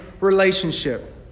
relationship